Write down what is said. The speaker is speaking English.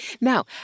Now